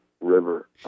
River